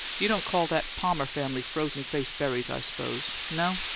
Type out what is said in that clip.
you don't call that palmer family frozen-face berries, i s'pose. no?